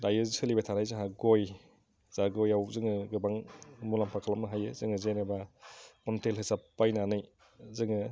दायो सोलिबाय थानाय जोंहा गय जा गयआव जोङो गोबां मुलाम्फा खालामनो हायो जोङो जेनेबा कुविन्टेल हिसाब बायनानै जोङो